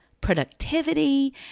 productivity